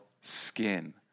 skin